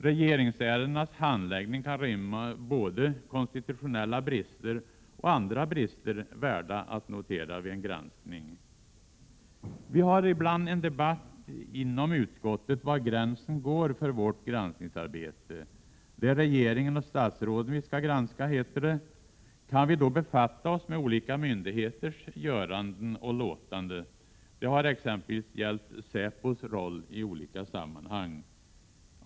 Regeringsärendenas handläggning kan rymma både konstitutionella brister och andra brister värda att notera vid en granskning. Vi har ibland en debatt inom utskottet om var gränsen för vårt granskningsarbete går. Det är regeringen och statsråden vi skall granska, heter det. Kan vi då befatta oss med olika myndigheters göranden och låtanden? Detta har exempelvis gällt säpos roll i olika sammanhang.